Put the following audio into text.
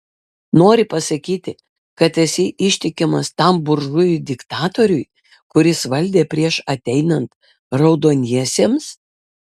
nori pasakyti kad esi ištikimas tam buržujui diktatoriui kuris valdė prieš ateinant raudoniesiems